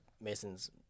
Mason's